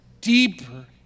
deeper